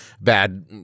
bad